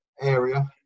area